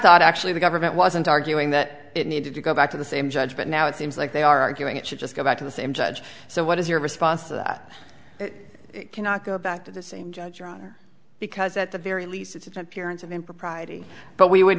thought actually the government wasn't arguing that it needed to go back to the same judge but now it seems like they are arguing it should just go back to the same judge so what is your response to that it cannot go back to the same judge your honor because at the very least it's appearance of impropriety but we would